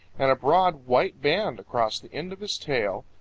and a broad white band across the end of his tail,